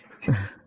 ya